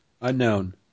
Unknown